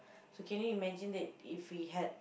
so can you imagine that if we had